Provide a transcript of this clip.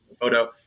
photo